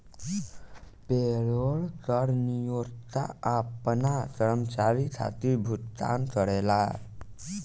payroll कर नियोक्ता आपना कर्मचारी खातिर भुगतान करेला